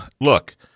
Look